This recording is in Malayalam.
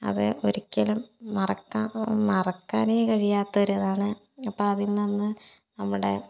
അത് ഒരിക്കലും മറക്കാ മറക്കാനേ കഴിയാത്തൊരു ഇതാണ് അപ്പോൾ അതിൽ നിന്ന് നമ്മുടെ